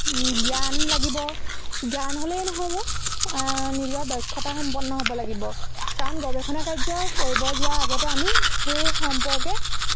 জ্ঞান লাগিব জ্ঞান হ'লেই নহ'ব নিজৰ দক্ষতা সম্পন্ন হ'ব লাগিব কাৰণ গৱেষণা কাৰ্য কৰিব যোৱাৰ আগতে আমি সেই সম্পৰ্কে